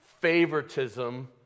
favoritism